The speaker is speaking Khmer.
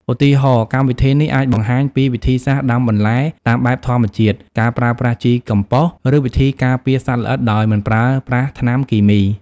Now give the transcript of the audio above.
ឧទាហរណ៍ កម្មវិធីនេះអាចបង្ហាញពីវិធីសាស្ត្រដាំបន្លែតាមបែបធម្មជាតិ ការប្រើប្រាស់ជីកំប៉ុស្ត ឬវិធីការពារសត្វល្អិតដោយមិនប្រើប្រាស់ថ្នាំគីមី។